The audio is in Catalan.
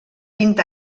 vint